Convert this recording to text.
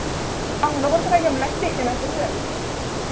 ᱟᱢ ᱞᱚᱜᱚᱱ ᱫᱷᱟᱨᱟ ᱜᱮᱢ ᱞᱟᱹᱠᱛᱤᱜ ᱠᱟᱱᱟ ᱥᱮ ᱪᱮᱫ